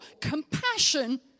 compassion